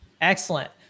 Excellent